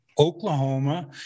Oklahoma